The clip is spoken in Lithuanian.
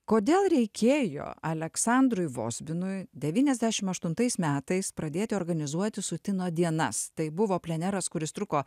kodėl reikėjo aleksandrui vozbinui devyniasdešim aštuntais metais pradėti organizuoti sutino dienas tai buvo pleneras kuris truko